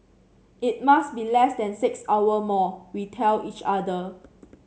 it must be less than six hour more we tell each other